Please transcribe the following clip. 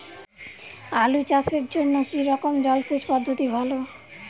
আলু চাষের জন্য কী রকম জলসেচ পদ্ধতি ভালো?